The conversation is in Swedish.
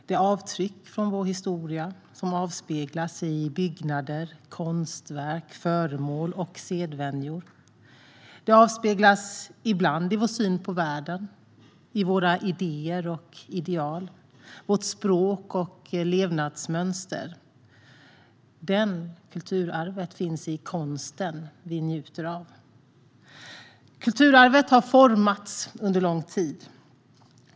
Det är avtryck från vår historia som avspeglas i byggnader, konstverk, föremål och sedvänjor. Det avspeglas ibland i vår syn på världen, i våra idéer och ideal, i vårt språk och levnadsmönster. Kulturarvet finns i konsten vi njuter av. Kulturarvet har formats under lång tid.